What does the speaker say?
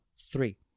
three